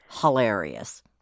hilarious